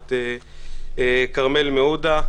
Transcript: פרשת כרמל מעודה.